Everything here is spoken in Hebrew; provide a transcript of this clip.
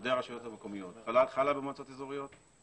לעובדי הרשויות המקומיות חלה במועצות האזוריות?